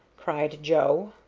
cried joe.